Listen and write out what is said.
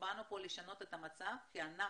באנו פה לשנות את המצב כי אנחנו,